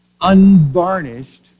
unvarnished